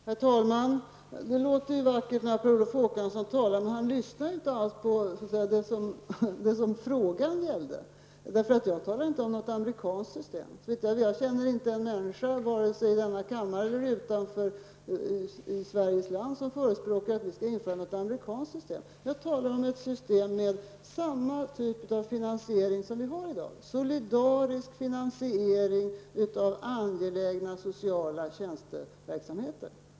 Herr talman! Det låter vackert när Per Olof Håkansson talar. Men han lyssnar inte alls på det som sägs, och då tänker jag på det som den ställda frågan gällde. Jag talar inte om ett amerikanskt system. Jag känner inte någon vare sig här i kammaren eller i Sveriges land över huvud taget som förespråkar ett införande av ett amerikanskt system. Vad jag talar om är ett system med samma typ av finansiering som den som vi har i dag. Det gäller alltså en solidarisk finansiering av angelägna sociala tjänsteverksamheter.